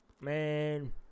Man